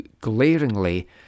glaringly